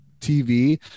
TV